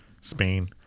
Spain